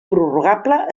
prorrogable